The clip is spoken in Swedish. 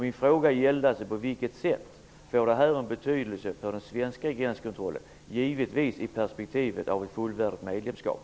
Min fråga är alltså: På vilket sätt får det här betydelse för den svenska gränskontrollen -- givetvis i perspektivet av ett fullvärdigt medlemskap?